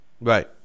Right